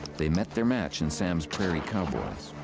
they met their match in sam's prairie cowboys.